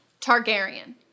Targaryen